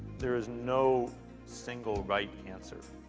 there is no single right answer.